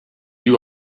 you